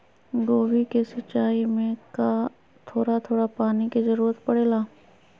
गोभी के सिचाई में का थोड़ा थोड़ा पानी के जरूरत परे ला?